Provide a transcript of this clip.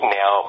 now